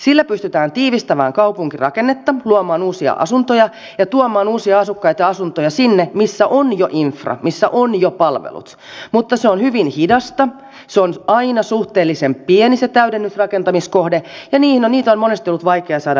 sillä pystytään tiivistämään kaupunkirakennetta luomaan uusia asuntoja ja tuomaan uusia asukkaita ja asuntoja sinne missä on jo infra missä ovat jo palvelut mutta se on hyvin hidasta se täydennysrakentamiskohde on aina suhteellisen pieni ja niitä on monesti ollut vaikea saada liikenteeseen